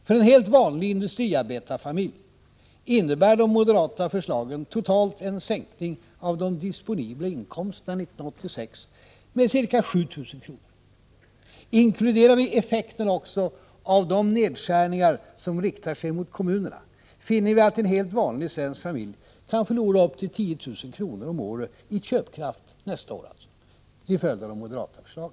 För en helt vanlig industriarbetarfamilj innebär de moderata förslagen totalt en sänkning av de disponibla inkomsterna 1986 med ca 7 000 kr. Inkluderar vi effekterna också av de nedskärningar som riktar sig mot kommunerna, finner vi att en helt vanlig svensk familj nästa år kan förlora upp till 10 000 kr. i köpkraft till följd av de moderata förslagen.